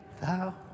thou